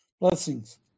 Blessings